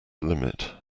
limit